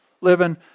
living